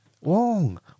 Long